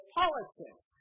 politics